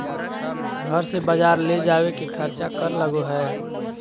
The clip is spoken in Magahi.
घर से बजार ले जावे के खर्चा कर लगो है?